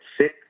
sick